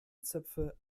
zöpfe